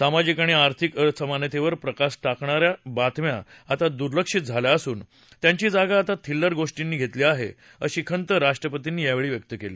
सामाजिक आणि आर्थिक असमानतेवर प्रकाश क्रिणाऱ्या बातम्या आता दुर्लक्षित झाल्या असून त्यांची जागा आता थिल्लर गोष्टींनी घेतली आहे अशी खंत राष्ट्रपतींनी यावेळी व्यक्त केली